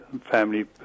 family